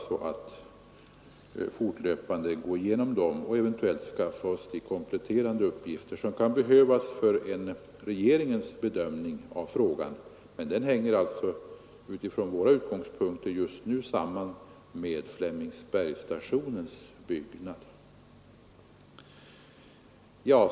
Vi har att fortlöpande gå igenom dem och eventuellt skaffa in de ytterligare uppgifter som kan behövas för regeringens bedömning. Den här frågan hänger alltså, utifrån våra synpunkter, just nu samman med Flemingsbergsstationens byggnad.